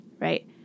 right